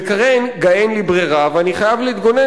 וכרגע אין לי ברירה ואני חייב להתגונן